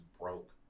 broke